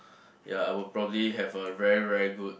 ya I would probably have a very very good